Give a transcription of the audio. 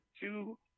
two